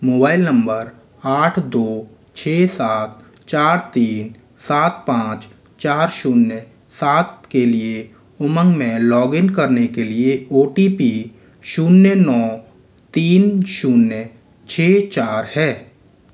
mobile number आठ दो छः सात चार तीन सात पाँच चार शून्य सात के लिए उमंग में लॉग इन करने के लिए ओ टी पी शून्य नौ तीन शून्य छः चार है